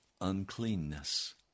uncleanness